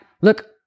Look